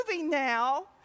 now